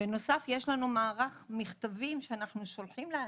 בנוסף, יש לנו מערך מכתבים שאנחנו שולחים לאנשים.